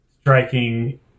striking